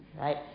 right